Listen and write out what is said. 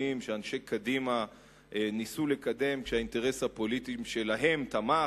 שאנשי קדימה ניסו לקדם כשהאינטרס הפוליטי שלהם תמך,